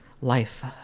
life